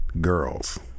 girls